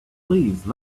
please